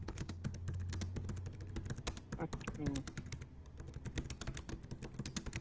ᱟᱪᱪᱷᱟ ᱦᱩᱸ